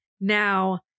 now